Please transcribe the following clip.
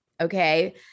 okay